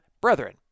brethren